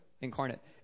incarnate